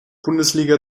bundesliga